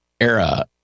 era